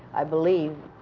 i believe,